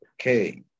Okay